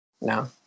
no